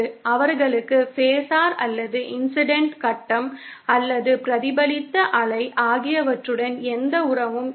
அவர்களுக்கு ஃபாசர் அல்லது இன்ஸிடண்ட் கட்டம் அல்லது பிரதிபலித்த அலை ஆகியவற்றுடன் எந்த உறவும் இல்லை